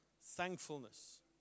Thankfulness